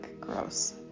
gross